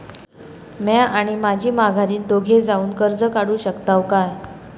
म्या आणि माझी माघारीन दोघे जावून कर्ज काढू शकताव काय?